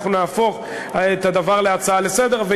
אנחנו נהפוך את הדבר להצעה לסדר-היום,